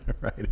Right